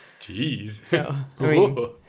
Jeez